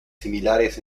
similares